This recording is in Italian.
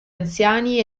anziani